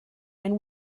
and